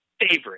favorite